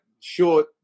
short